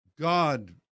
God